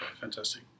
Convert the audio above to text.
fantastic